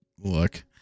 look